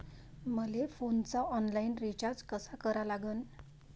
मले फोनचा online recharge कसा करा लागन?